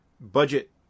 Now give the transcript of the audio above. budget